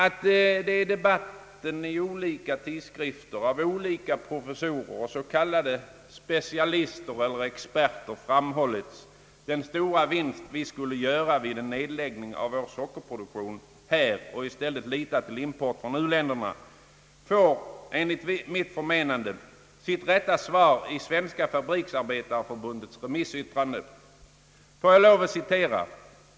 Att det i debatten i olika tidskrifter av olika professorer och s.k. specialister eller experter har framhållits den stora vinst, vi skulle göra vid en nedläggning av vår sockerproduktion här och i stället lita till import från u-länderna, får enligt mitt förmenande säkerligen sitt rätta svar i Svenska fabriksarbetarförbundets remissyttrande.